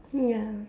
ya